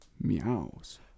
meows